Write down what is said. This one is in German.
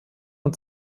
und